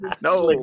No